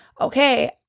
okay